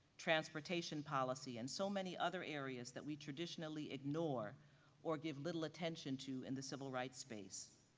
transportation policy and so many other areas that we traditionally ignore or give little attention to in the civil rights space.